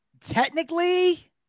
technically